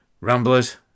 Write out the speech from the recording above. Ramblers